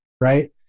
right